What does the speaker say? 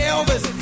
Elvis